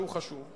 שהוא חשוב.